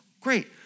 Great